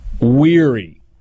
weary